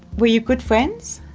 were you good friends?